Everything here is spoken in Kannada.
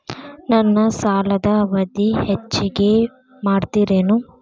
ನನ್ನ ಸಾಲದ ಅವಧಿ ಹೆಚ್ಚಿಗೆ ಮಾಡ್ತಿರೇನು?